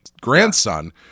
grandson